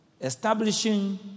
establishing